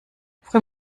früh